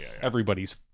everybody's